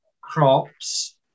crops